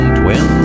twin